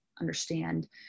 understand